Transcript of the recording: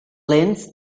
lengths